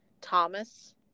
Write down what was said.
Thomas